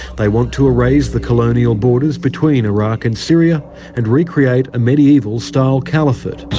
they want to erase the colonial borders between iraq and syria and recreate a mediaeval style caliphate.